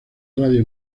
radio